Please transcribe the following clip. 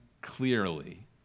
clearly